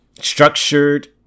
structured